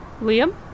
Liam